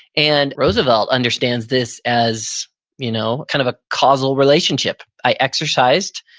and roosevelt understands this as you know kind of a causal relationship. i exercised,